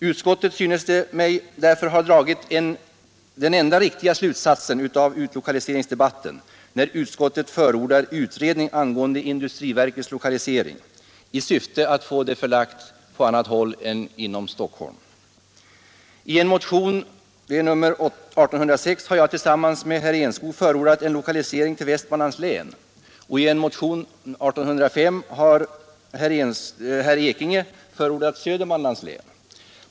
Utskottet har — synes det mig — därför dragit den enda riktiga slutsatsen av utlokaliseringsdebatten när utskottet förordar utredning angående industriverkets lokalisering i syfte att få det förlagt till annan ort än Stockholm. I motionen 1806 har jag tillsammans med herr Enskog förordat en lokalisering till Västmanlands län, och i motionen 1805 har herr Ekinge förordat Södermanlands län.